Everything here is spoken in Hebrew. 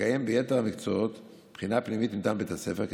ולקיים ביתר המקצועות בחינה פנימית מטעם בית הספר.